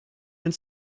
and